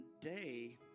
today